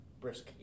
brisk